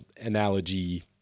analogy